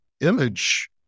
image